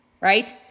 right